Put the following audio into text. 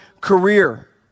career